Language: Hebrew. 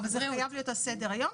אבל זה חייב להיות על סדר היום.